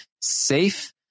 safe